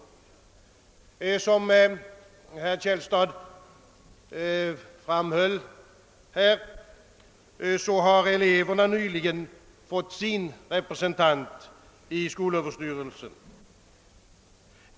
Såsom herr Källstad framhöll, har eleverna nyligen fått sin representant i SÖ:s styrelse.